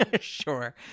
Sure